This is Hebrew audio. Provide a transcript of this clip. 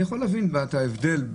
אני יכול להבין את ההבדל,